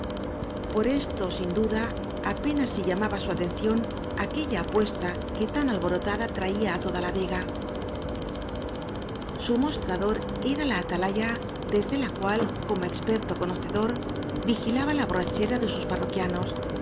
por esto sin duda apenas si llamaba su aten ción aquella apuesta que tan alborotada traía á toda la veea su mostrador era la atalaya desde la cual como experto conocedor vigilaba la borrache ra de sus parroquianos